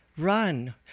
Run